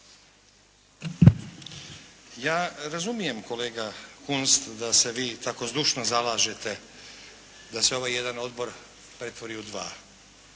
Ja razumijem kolega Kunst da se vi tako zdušno zalažete da se ovaj jedan odbor pretvori u dva